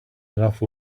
enough